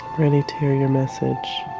ready to hear your message.